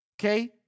okay